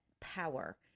power